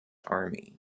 army